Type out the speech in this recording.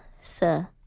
sir